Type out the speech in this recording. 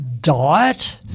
diet